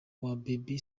baby